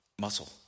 muscle